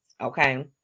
Okay